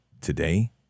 today